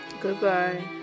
Goodbye